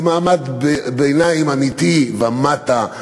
זה מעמד ביניים אמיתי ומטה.